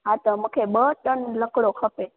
हा त मूंखे ॿ टन लकिड़ो खपे